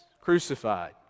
crucified